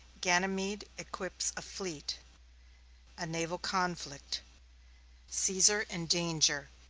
ganymede equips a fleet a naval conflict caesar in danger.